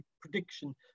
prediction